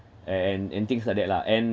and and things like that lah and